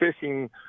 fishing